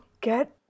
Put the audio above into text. Get